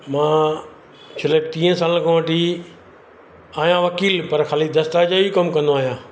मां पिछले टीह साल खां वठी आहियां वकील पर ख़ाली दस्तावेज़ जो ई कमु कंदो आहियां